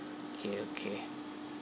okay okay